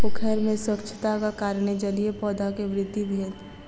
पोखैर में स्वच्छताक कारणेँ जलीय पौधा के वृद्धि भेल